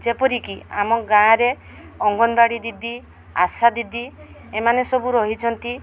ଯେପରିକି ଆମ ଗାଁରେ ଅଙ୍ଗନବାଡ଼ି ଦିଦି ଆଶା ଦିଦି ଏମାନେ ସବୁ ରହିଛନ୍ତି